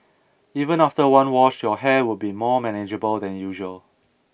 even after one wash your hair would be more manageable than usual